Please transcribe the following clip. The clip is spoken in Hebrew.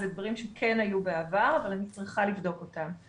זה דברים שכן היו בעבר אבל אני צריכה לבדוק אותם.